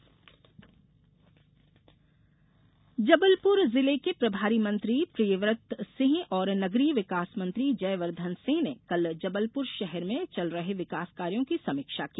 विकास कार्य समीक्षा जबलपुर जिले के प्रभारी मंत्री प्रियव्रत सिंह और नगरीय विकास मंत्री जयवर्द्धन सिंह ने कल जबलपुर शहर में चल रहे विकास कार्यों की समीक्षा की